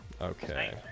Okay